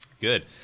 Good